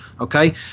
okay